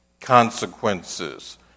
consequences